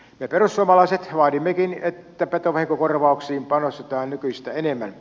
me perussuomalaiset vaadimmekin että petovahinkokorvauksiin panostetaan nykyistä enemmän